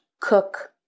cook